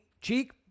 cheek